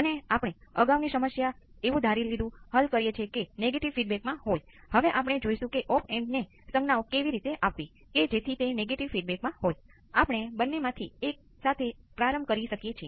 કારણ કે Vs નો સમય ડેરિવેટિવ 0 હોય તો જ આ વસ્તુઓ અચળ રહેવાનો એકમાત્ર રસ્તો હોય છે